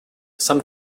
some